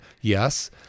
yes